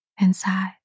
inside